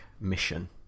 mission